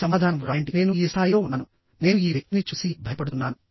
సమాధానం వ్రాయండిః నేను ఈ స్థాయిలో ఉన్నాను నేను ఈ వ్యక్తిని చూసి భయపడుతున్నాను